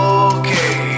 okay